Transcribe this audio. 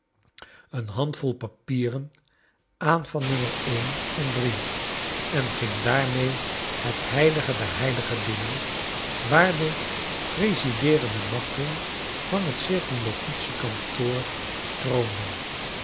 een kleine dorrit handvol papieren aan van nommer een en drie en ging daarmee het heilige der heiligen binnen waar de presideerende machten van het c k